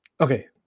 Okay